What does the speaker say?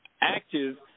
active